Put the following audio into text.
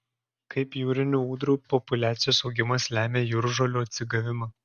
kaip jūrinių ūdrų populiacijos augimas lemia jūržolių atsigavimą